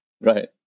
Right